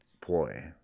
ploy